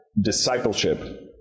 discipleship